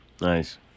nice